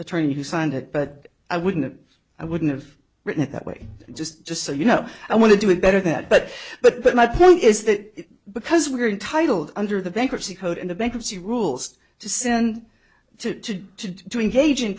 attorney who signed it but i wouldn't i wouldn't have written it that way just just so you know i want to do it better that but but but my point is that because we are entitled under the bankruptcy code and the bankruptcy rules to send to to engage in